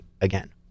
again